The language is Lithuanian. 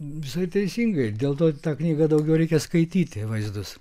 visai teisingai dėl to tą knygą daugiau reikia skaityti vaizdus